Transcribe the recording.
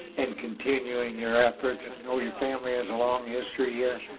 and continuing your efforts. i know your family has a long history here.